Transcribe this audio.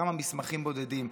כמה מסמכים בודדים.